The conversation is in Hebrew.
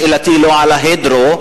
שאלתי לא על ההידרו,